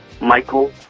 Michael